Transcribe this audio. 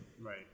right